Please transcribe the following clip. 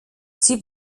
sie